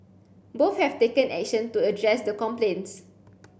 both have taken action to address the complaints